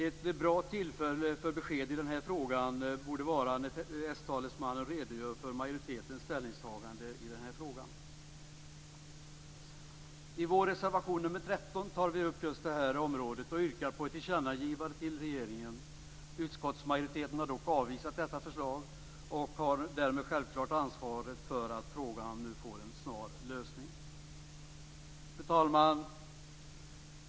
Ett bra tillfälle för besked i denna fråga borde vara när den socialdemokratiske talesmannen redogör för majoritetens ställningstagande i denna fråga. I vår reservation nr 13 tar vi upp just detta område och yrkar på ett tillkännagivande till regeringen. Utskottsmajoriteten har dock avvisat detta förslag och har därmed självklart ansvaret för att frågan får en snar lösning. Fru talman!